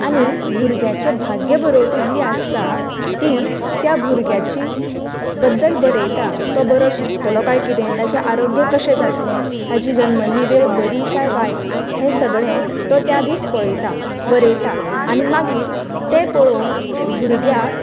आनी भुरग्यांचे भाग्य बरोवपी जी आसता ती त्या भुरग्यांची बद्दल बरयता तो बरो शिकतलो काय कितें ताचे आरोग्य कशें जातले ताची जल्मली वेळ बरी कांय वायट हे सगळें तो त्या दीस पळयता बरयता आनी मागीर ते पळोवन भुरग्यांक